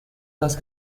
las